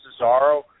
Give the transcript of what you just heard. Cesaro